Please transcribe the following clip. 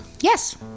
Yes